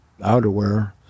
outerwear